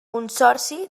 consorci